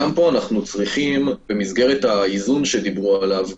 גם פה אנו צריכים, במסגרת האיזון שדובר עליו,